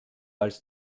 als